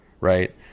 right